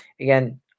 Again